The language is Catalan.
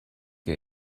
que